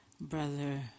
Brother